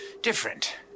different